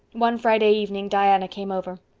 one friday evening diana came over.